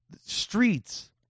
streets